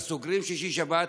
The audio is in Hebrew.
אז סוגרים שישי-שבת,